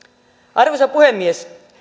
arvoisa puhemies